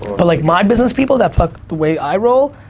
but like my business people that fuck the way i roll,